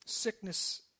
Sickness